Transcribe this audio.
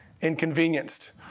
inconvenienced